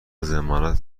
ضمانت